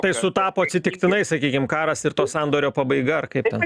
tai sutapo atsitiktinai sakykim karas ir to sandorio pabaiga ar kaip ten